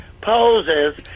poses